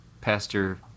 Pastor